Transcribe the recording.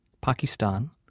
Pakistan